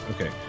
Okay